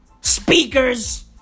Speakers